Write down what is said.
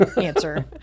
answer